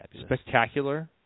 spectacular